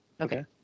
Okay